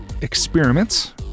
experiments